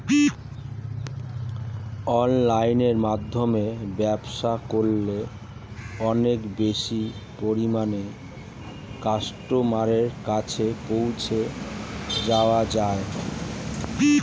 অনলাইনের মাধ্যমে ব্যবসা করলে অনেক বেশি পরিমাণে কাস্টমারের কাছে পৌঁছে যাওয়া যায়?